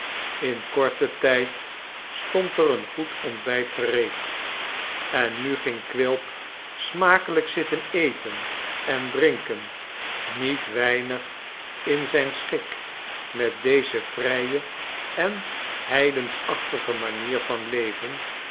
in korten tijd stond er een goed ontbijt gereed en nu ging quilp smakelijk zitten eten en drinken niet weinig in zijn schik met deze vrje en heidensachtige manier van leven